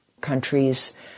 countries